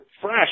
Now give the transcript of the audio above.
fresh